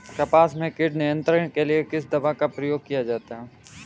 कपास में कीट नियंत्रण के लिए किस दवा का प्रयोग किया जाता है?